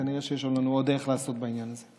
כנראה שיש לנו עוד דרך לעשות בעניין הזה.